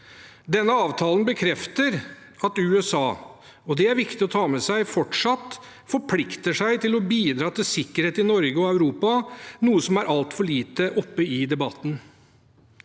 Denne avtalen bekrefter at USA – og det er viktig å ta med seg – fortsatt forplikter seg til å bidra til sikkerhet i Norge og Europa, noe som er altfor lite oppe i debatten.